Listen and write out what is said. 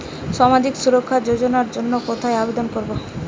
সামাজিক সুরক্ষা যোজনার জন্য কোথায় আবেদন করব?